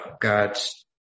God's